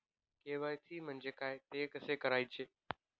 KYC म्हणजे काय? ते कसे करायचे?